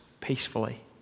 peacefully